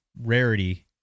rarity